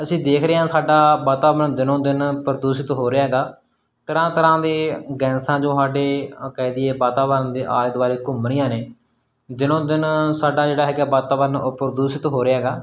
ਅਸੀਂ ਦੇਖ ਰਹੇ ਹਾਂ ਸਾਡਾ ਵਾਤਾਵਰਨ ਦਿਨੋਂ ਦਿਨ ਪ੍ਰਦੂਸ਼ਿਤ ਹੋ ਰਿਹਾ ਹੈਗਾ ਤਰ੍ਹਾਂ ਤਰ੍ਹਾਂ ਦੇ ਗੈਸਾਂ ਜੋ ਸਾਡੇ ਕਹਿ ਦਈਏ ਵਾਤਾਵਰਨ ਦੇ ਆਲੇ ਦੁਆਲੇ ਘੁੰਮ ਰਹੀਆਂ ਨੇ ਦਿਨੋਂ ਦਿਨ ਸਾਡਾ ਜਿਹੜਾ ਹੈਗਾ ਵਾਤਾਵਰਨ ਉਹ ਪ੍ਰਦੂਸ਼ਿਤ ਹੋ ਰਿਹਾ ਹੈਗਾ